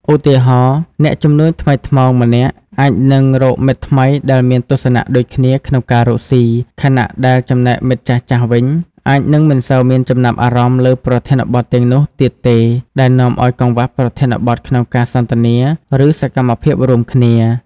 ឧទាហរណ៍ អ្នកជំនួញថ្មីថ្មោងម្នាក់អាចនឹងរកមិត្តថ្មីដែលមានទស្សនៈដូចគ្នាក្នុងការរកស៊ី ខណៈដែលចំណែកមិត្តចាស់ៗវិញ អាចនឹងមិនសូវមានចំណាប់អារម្មណ៍លើប្រធានបទទាំងនោះទៀតទេ ដែលនាំឱ្យកង្វះប្រធានបទក្នុងការសន្ទនា ឬសកម្មភាពរួមគ្នា។